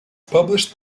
published